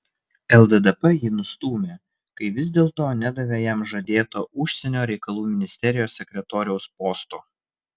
lddp jį nustūmė kai vis dėlto nedavė jam žadėto užsienio reikalų ministerijos sekretoriaus posto